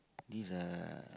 this uh